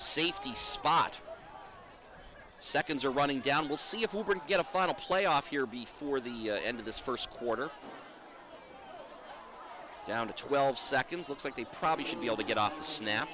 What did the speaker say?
safety spot seconds or running down we'll see if we can get a final playoff here before the end of this first quarter down to twelve seconds looks like they probably should be able to get off the snap